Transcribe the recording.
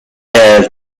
has